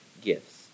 gifts